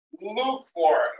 lukewarm